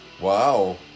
Wow